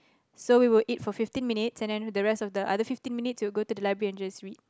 so we will eat for fifteen minutes and then the rest of the other fifteen minutes we will go to library to just read